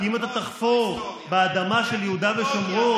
כי אם אתה תחפור באדמה של יהודה ושומרון,